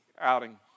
outing